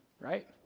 right